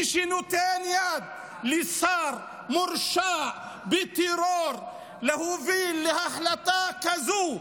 מי שנותן יד לשר מורשע בטרור להוביל להחלטה כזאת,